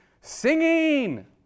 Singing